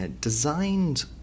designed